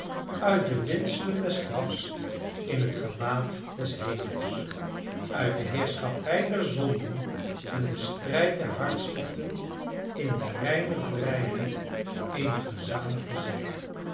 uit de windselen des grafs in het gewaad des hemels uit de heerschappij der zonden en den strijd der hartstochten in de reine vrijheid eener gezaligde ziel